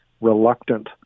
reluctant